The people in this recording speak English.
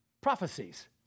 prophecies